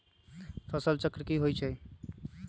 फसल चक्र की होई छै?